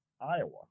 Iowa